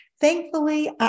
Thankfully